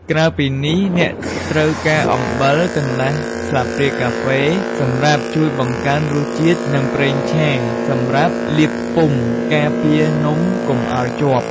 ក្រៅពីនេះ អ្នកត្រូវការ អំបិល កន្លះស្លាបព្រាកាហ្វេ សម្រាប់ជួយបង្កើនរសជាតិ និង ប្រេងឆា សម្រាប់លាបពុម្ពការពារនំកុំឱ្យជាប់។